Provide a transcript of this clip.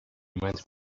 reminds